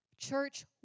Church